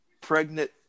pregnant